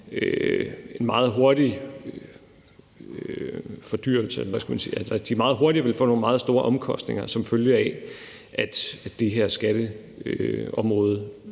en meget hurtig indfasning og meget hurtigt ville få nogle meget store omkostninger, som følge af at det her skatteområde